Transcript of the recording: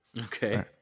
okay